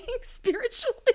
spiritually